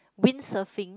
windsurfing